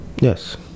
Yes